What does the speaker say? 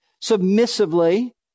submissively